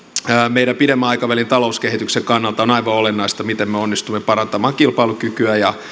meidän pidemmän aikavälin talouskehityksen kannalta on on aivan olennaista miten me onnistumme parantamaan kilpailukykyä ja